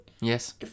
Yes